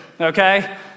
okay